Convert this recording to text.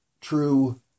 true